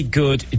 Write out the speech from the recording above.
good